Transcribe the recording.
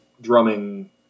drumming